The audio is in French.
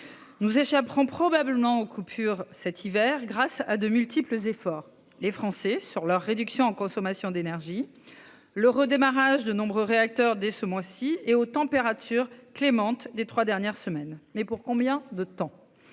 Nous échapperons probablement aux coupures cet hiver, grâce aux efforts des Français, qui réduisent leur consommation d'énergie, au redémarrage de nombreux réacteurs durant le mois en cours et aux températures clémentes des trois dernières semaines. Mais pour combien de temps ?